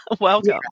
Welcome